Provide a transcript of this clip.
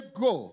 go